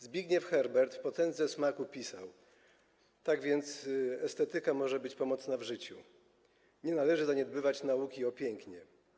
Zbigniew Herbert w „Potędze smaku” pisał: „Tak więc estetyka może być pomocna w życiu/ nie należy zaniedbywać nauki o pięknie/